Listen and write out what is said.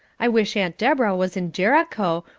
i wish aunt deborah was in jericho,